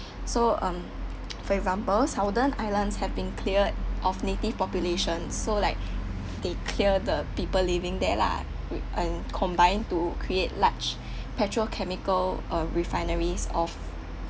so um for example southern islands have been cleared of native population so like they clear the people living there lah wit~ um combined to create large petrochemical uh refineries of